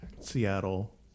Seattle